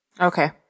Okay